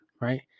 right